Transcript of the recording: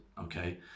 okay